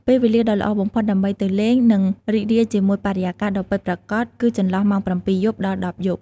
ពេលវេលាដ៏ល្អបំផុតដើម្បីទៅលេង និងរីករាយជាមួយបរិយាកាសដ៏ពិតប្រាកដគឺចន្លោះម៉ោង ៧ យប់ ដល់ ១០ យប់។